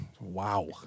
wow